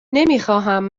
نمیخواهم